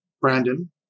Brandon